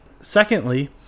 Secondly